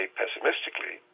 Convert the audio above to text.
pessimistically